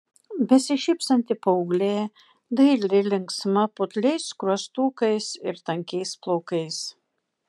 besišypsanti paauglė daili linksma putliais skruostukais ir tankiais plaukais